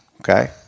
Okay